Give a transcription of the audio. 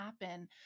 happen